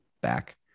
back